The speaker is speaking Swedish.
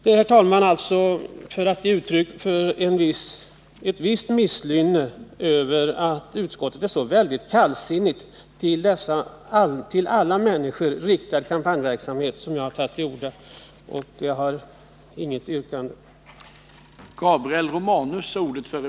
Det är, herr talman, alltså för att ge uttryck åt ett visst misslynne över att utskottet är så kallsinnigt till denna till alla människor riktade kampanjverksamhet som jag har tagit till orda. Jag har inget yrkande.